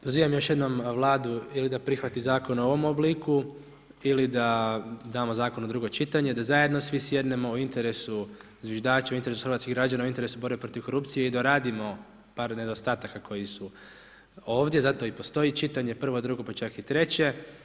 Pozivam još jednom Vladu ili da prihvati zakon u ovom obliku ili da damo zakon u drugo čitanje, da zajedno svi sjednemo u interesu zviždača, u interesu hrvatskih građana, u interesu borbe protiv korupcije i doradimo par nedostataka koji su ovdje, zato i postoji čitanje, prvo, drugo pa čak i treće.